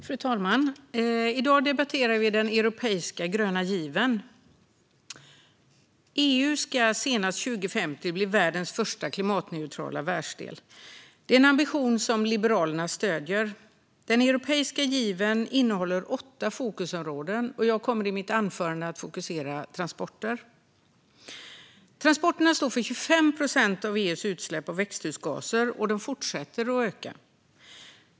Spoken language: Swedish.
Fru talman! I dag debatterar vi den europeiska gröna given. EU ska senast 2050 bli världens första klimatneutrala världsdel. Det är en ambition som Liberalerna stöder. Den europeiska given innehåller åtta fokusområden, och jag kommer i mitt anförande att fokusera på transporter. Transporterna står för 25 procent av EU:s utsläpp av växthusgaser, och de fortsätter att öka.